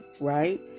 right